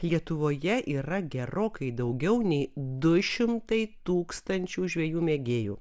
lietuvoje yra gerokai daugiau nei du šimtai tūkstančių žvejų mėgėjų